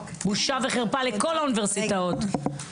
בושה וחרפה לכל האוניברסיטאות.